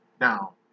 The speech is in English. Now